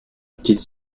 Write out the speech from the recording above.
petite